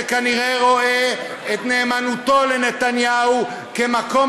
שכנראה רואה את נאמנותו לנתניהו כמקום